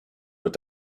were